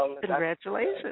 Congratulations